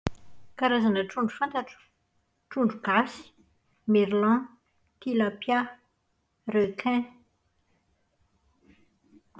Karazana trondro fantatro. Trondro gasy, merlan, tilapia, requin.